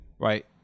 right